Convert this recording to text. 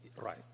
Right